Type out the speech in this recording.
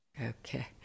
Okay